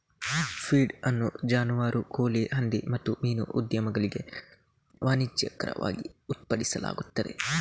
feed ಅನ್ನು ಜಾನುವಾರು, ಕೋಳಿ, ಹಂದಿ ಮತ್ತು ಮೀನು ಉದ್ಯಮಗಳಿಗೆ ವಾಣಿಜ್ಯಿಕವಾಗಿ ಉತ್ಪಾದಿಸಲಾಗುತ್ತದೆ